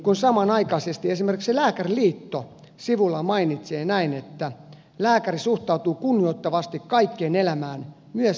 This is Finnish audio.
kuitenkin samanaikaisesti esimerkiksi lääkäriliitto sivuillaan mainitsee näin että lääkäri suhtautuu kunnioittavasti kaikkeen elämään myös ihmisalkioon